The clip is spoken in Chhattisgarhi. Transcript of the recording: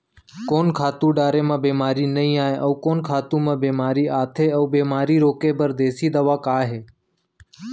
कोन खातू डारे म बेमारी नई आये, अऊ कोन खातू म बेमारी आथे अऊ बेमारी रोके बर देसी दवा का हे?